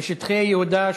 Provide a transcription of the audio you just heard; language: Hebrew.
בשטחי יהודה,